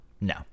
No